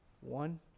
One